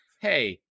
hey